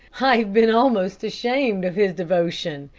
i've been almost ashamed of his devotion.